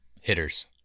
hitters